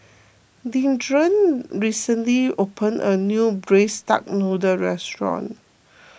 Leandra recently opened a new Braised Duck Noodle restaurant